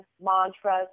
mantras